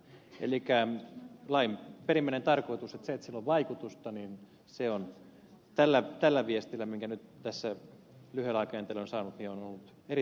elikkä lain perimmäinen tarkoitus se että sillä on vaikutusta on tämän viestin perusteella minkä nyt tässä lyhyellä aikajänteellä olen saanut on ollut erittäin myönteinen